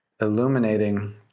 illuminating